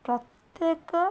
ପ୍ରତ୍ୟେକ